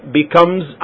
becomes